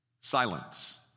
Silence